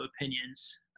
opinions